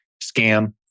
scam